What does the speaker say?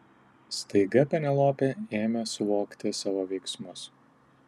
staiga penelopė ėmė suvokti savo veiksmus